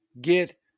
get